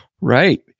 right